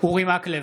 אורי מקלב,